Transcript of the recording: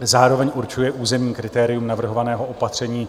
Zároveň určuje územní kritérium navrhovaného opatření.